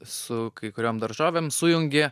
su kai kuriom daržovėm sujungi